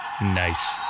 Nice